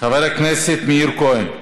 חבר הכנסת מאיר כהן,